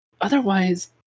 Otherwise